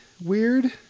Weird